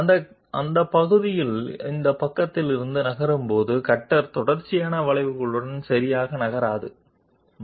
ఉదాహరణకు దీనిని forward step అని పిలుస్తారు ఇది కట్టర్ కర్వీ లీనియర్ మార్గాన్ని అంచనా వేసే సరళ రేఖ విభాగాలను సూచిస్తుంది